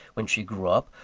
when she grew up,